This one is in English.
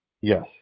Yes